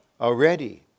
already